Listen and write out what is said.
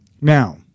Now